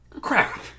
crap